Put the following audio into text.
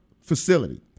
facility